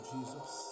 Jesus